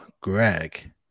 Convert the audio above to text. Greg